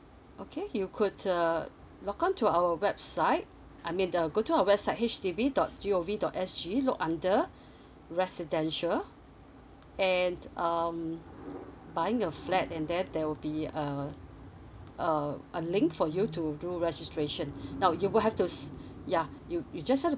okay you could uh log on to our website I mean uh go to our website H D B dot G O V dot S G look under residential and um buying a flat and then there will be a uh a link for you to do registration now you will have to yeah you you just have to